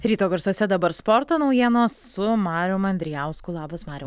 ryto garsuose dabar sporto naujienos su marium andrijausku labas mariau